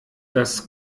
das